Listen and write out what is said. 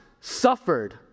suffered